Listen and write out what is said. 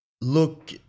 Look